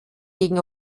gegen